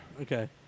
Okay